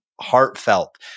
heartfelt